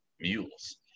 mules